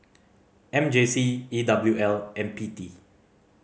M J C E W L and P T